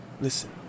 Listen